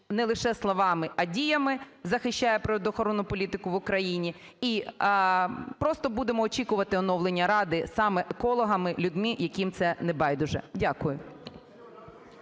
не лише словами, а й діями захищає природоохоронну політику в Україні і… просто будемо очікувати оновлення Ради саме екологами, людьми, яким це не байдуже. Дякую.